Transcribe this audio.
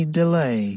delay